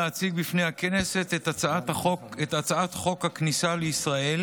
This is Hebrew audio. הצעת חוק הכניסה לישראל